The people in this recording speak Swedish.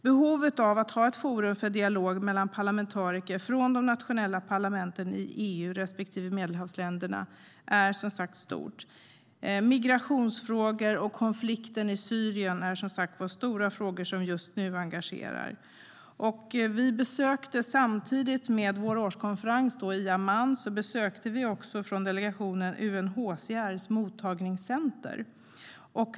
Behovet av att ha ett forum för dialog mellan parlamentariker från de nationella parlamenten i EU respektive Medelhavsländerna är, som sagt, stort. Migrationsfrågor och konflikten i Syrien är stora frågor som just nu engagerar. Samtidigt med vår årskonferens i Amman besökte vi från delegationen UNHCR:s mottagningscentrum.